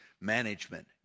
management